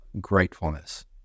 gratefulness